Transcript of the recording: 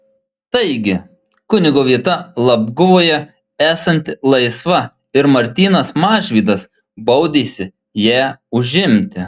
taigi kunigo vieta labguvoje esanti laisva ir martynas mažvydas baudėsi ją užimti